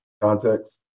context